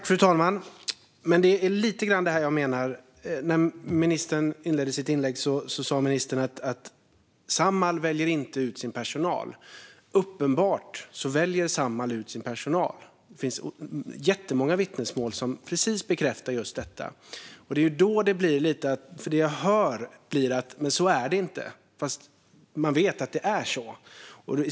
Fru talman! Det är lite grann detta jag menar. Ministern inledde sitt inlägg med att säga att Samhall inte väljer ut sin personal. Men det är uppenbart att Samhall väljer ut sin personal. Det finns jättemånga vittnesmål som bekräftar precis detta. Det jag hör är: Men så är det inte! Fast man vet ju att det är så.